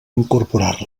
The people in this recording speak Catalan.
incorporar